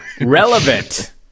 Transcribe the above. Relevant